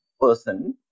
person